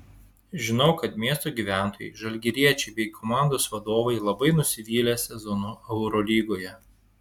žinau kad miesto gyventojai žalgiriečiai bei komandos vadovai labai nusivylė sezonu eurolygoje